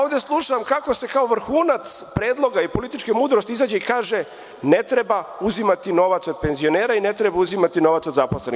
Ovde slušam kako se kao vrhunac predloga i političke mudrosti kaže - ne treba uzimati novac od penzionera i ne treba uzimati novac od zaposlenih.